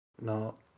No